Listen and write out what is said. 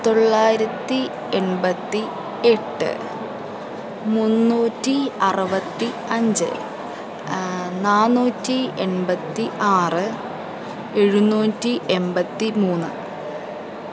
തൊള്ളായിരത്തി എൺപത്തി എട്ട് മുന്നൂറ്റി അറുപത്തി അഞ്ച് നാന്നൂറ്റി എൺപത്തി ആറ് എഴുന്നൂറ്റി എൺപത്തി മൂന്ന്